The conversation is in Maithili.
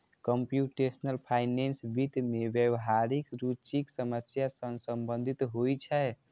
कंप्यूटेशनल फाइनेंस वित्त मे व्यावहारिक रुचिक समस्या सं संबंधित होइ छै